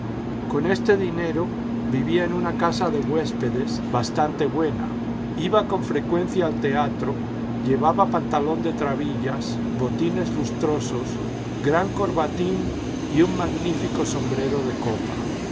con este dinero vivía en una casa de huespedes bastante buena iba con frecuencia al teatro llevaba pantalón de trabillas botines lustrosos gran corbatín y un magnífico sombrero de copa